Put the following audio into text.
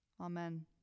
Amen